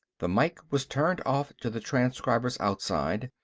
the mike was turned off to the transcribers outside,